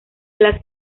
las